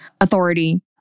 Authority